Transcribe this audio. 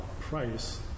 price